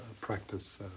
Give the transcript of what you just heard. practice